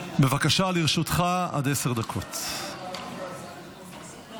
התרבות והספורט לצורך הכנתה לקריאה השנייה והשלישית.